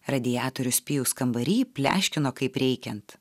radiatorius pijaus kambary pleškino kaip reikiant